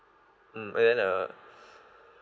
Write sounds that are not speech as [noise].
mm and then uh [breath]